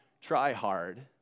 try-hard